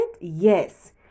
Yes